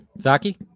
Zaki